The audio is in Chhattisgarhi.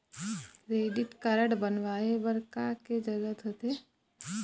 क्रेडिट कारड बनवाए बर का के जरूरत होते?